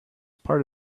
part